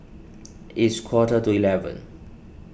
its quarter to eleven